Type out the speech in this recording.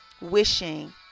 wishing